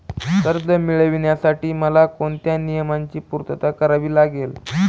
कर्ज मिळविण्यासाठी मला कोणत्या नियमांची पूर्तता करावी लागेल?